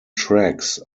tracks